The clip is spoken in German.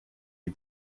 die